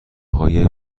های